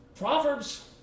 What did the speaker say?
Proverbs